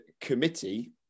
committee